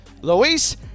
Luis